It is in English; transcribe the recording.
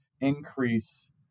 increase